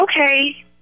okay